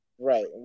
right